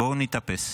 בוא נתאפס.